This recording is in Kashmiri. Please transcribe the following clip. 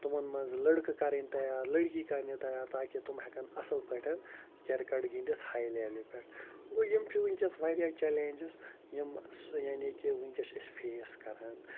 تمَن منٛز لٔڑکہٕ کَرٕنۍ تیار لٔڑکی کَرنہِ تیار تاکہِ تم ہٮ۪کَن اَصٕل پٲٹھۍ کِرکَٹ گِنٛدِتھ ہاے لٮ۪ولہِ پٮ۪ٹھ گوٚو یِم چھِ وٕنکٮ۪س واریاہ چَلینٛنجٕس یِم یعنی کہِ وٕنکٮ۪س أسۍ فیس کَران